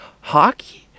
hockey